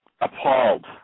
appalled